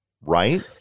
Right